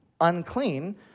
unclean